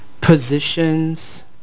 positions